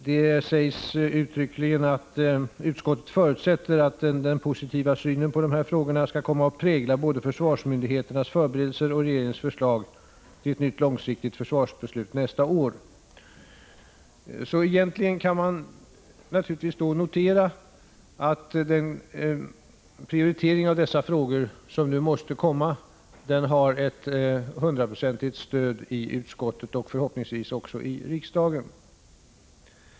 Det sägs uttryckligen att utskottet förutsätter att den positiva synen på de här frågorna skall komma att prägla både försvarsmyndigheternas och regeringens förslag till ett nytt långsiktigt försvarsbeslut nästa år. Den prioritering av dessa frågor som nu måste komma har ett hundraprocentigt stöd i utskottet och förhoppningsvis även i riksdagen.